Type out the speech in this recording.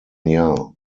jahr